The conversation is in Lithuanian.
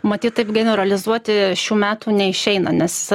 matyt taip generalizuoti šių metų neišeina nes